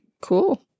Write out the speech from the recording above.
cool